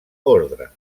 ordre